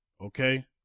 Okay